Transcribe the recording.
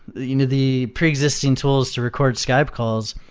you know the preexisting tools to record skype calls,